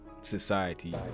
society